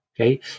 Okay